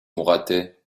mouratet